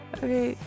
okay